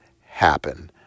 happen